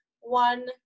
one